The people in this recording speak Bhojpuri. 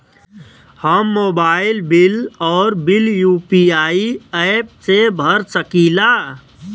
हम मोबाइल बिल और बिल यू.पी.आई एप से भर सकिला